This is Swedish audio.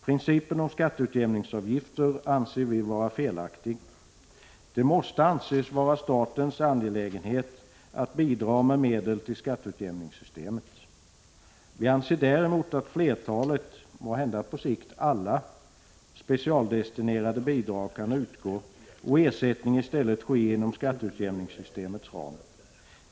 Principen om skatteutjämningsavgifter anser vi vara felaktig. Det måste anses vara statens angelägenhet att bidra med medel till skatteutjämningssystemet. Vi anser däremot att flertalet — måhända på sikt alla — specialdestinerade bidrag kan utgå och ersättning i stället ske inom skatteutjämningssystemets ram.